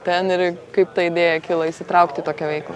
ten ir kaip ta idėja kilo įsitraukti į tokią veiklą